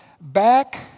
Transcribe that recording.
back